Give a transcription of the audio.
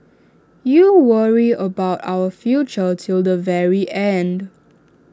you worry about our future till the very end